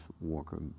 Walker